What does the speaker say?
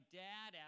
dad